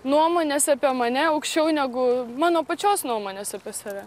nuomonės apie mane aukščiau negu mano pačios nuomonės apie save